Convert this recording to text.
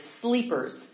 sleepers